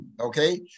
okay